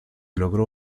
logró